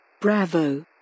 Bravo